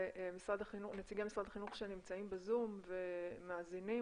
נציגי משרד החינוך שנמצאים בזום ומאזינים,